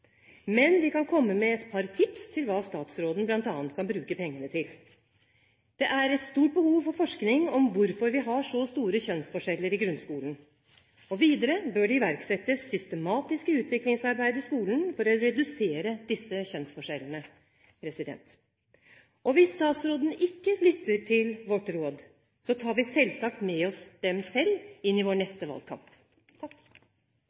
kan komme med et par tips om hva statsråden bl.a. kan bruke pengene til: Det er et stort behov for forskning på hvorfor vi har så store kjønnsforskjeller i grunnskolen. Videre bør det iverksettes systematisk utviklingsarbeid i skolen for å redusere disse kjønnsforskjellene. Hvis statsråden ikke lytter til våre råd, tar vi dem selvsagt selv med oss inn i vår